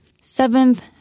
Seventh